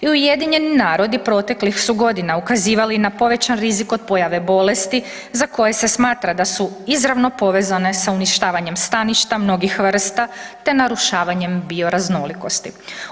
UN proteklih su godina ukazivali na povećan rizik od pojave bolesti za koje se smatra da su izravno povezane sa uništavanjem staništa mnogih vrsta te narušavanjem bioraznolikosti.